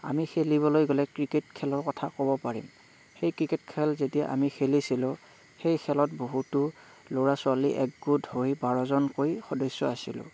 আমি খেলিবলৈ গ'লে ক্ৰিকেট খেলৰ কথা ক'ব পাৰিম সেই ক্ৰিকেট খেল যেতিয়া আমি খেলিছিলোঁ সেই খেলত বহুতো ল'ৰা ছোৱালী একগোট হৈ বাৰজনকৈ সদস্য আছিলোঁ